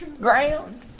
ground